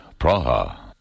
Praha